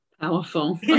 Powerful